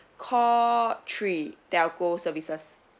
call three telco services